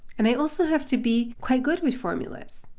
and i also have to be quite good with formulas.